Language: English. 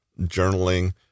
journaling